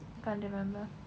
can't remember